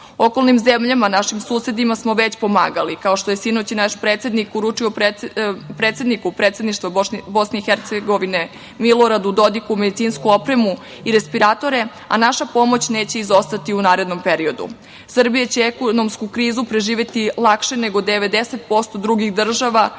region. Okolnim zemljama, našim susedima smo već pomagali, kao što je sinoć i naš predsednik uručio predsedniku Predsedništva BiH, Miloradu Dodiku, medicinsku opremu i respiratore, a naša pomoć neće izostati ni u narednom periodu. Srbija će ekonomsku krizu preživeti lakše nego 90% drugih država,